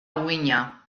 uhina